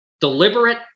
deliberate